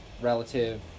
relative